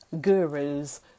gurus